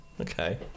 Okay